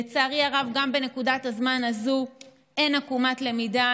לצערי הרב, גם בנקודת הזמן הזאת אין עקומת למידה.